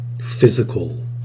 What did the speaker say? physical